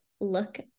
look